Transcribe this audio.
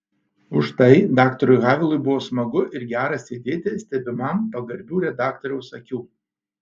užtai daktarui havelui buvo smagu ir gera sėdėti stebimam pagarbių redaktoriaus akių